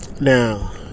Now